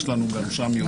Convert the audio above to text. יש לנו גם שם יהודים.